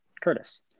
Curtis